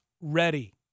ready